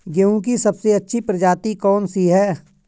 गेहूँ की सबसे अच्छी प्रजाति कौन सी है?